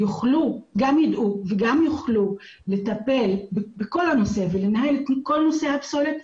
גם ידעו וגם יוכלו לטפל בכל הנושא ולנהל את כל נושא הפסולת,